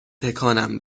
تکانم